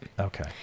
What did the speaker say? Okay